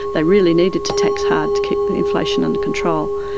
they really needed to tax hard to keep the inflation under control,